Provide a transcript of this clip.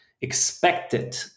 expected